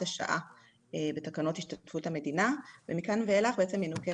השעה בתקנות השתתפות המדינה ומכאן ואילך בעצם ינוכה